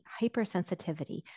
hypersensitivity